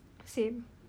same